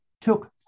took